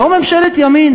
זו ממשלת ימין?